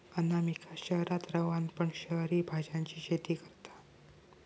अनामिका शहरात रवान पण शहरी भाज्यांची शेती करता